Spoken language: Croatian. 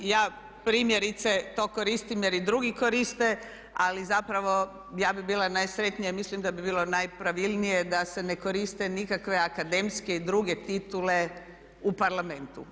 Ja primjerice to koristim jer i drugi koriste, ali zapravo ja bih bila najsretnija, mislim da bi bilo najpravilnije da se ne koriste nikakve akademske i druge titule u Parlamentu.